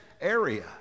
area